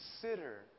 Consider